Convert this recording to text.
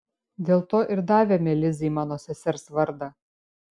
dėl to ir davėme lizei mano sesers vardą